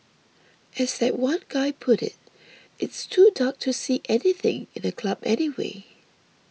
as that one guy put it it's too dark to see anything in a club anyway